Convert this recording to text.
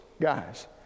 guys